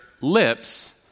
lips